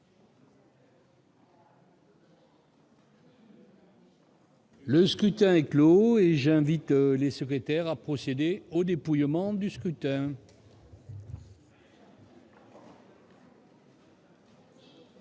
Le scrutin est clos. J'invite Mmes et MM. les secrétaires à procéder au dépouillement du scrutin.